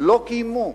לא קיימו.